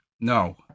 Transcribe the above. no